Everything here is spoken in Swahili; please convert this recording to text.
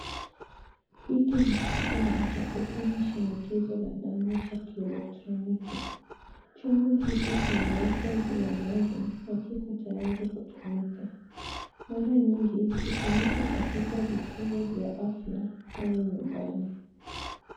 Hiki ni kifaa cha kupima shinikizo la damu cha kielektroniki. Chombo hiki kimewekwa juu ya meza na kiko tayari kutumika. Mara nyingi hutumika katika vituo vya afya au nyumbani.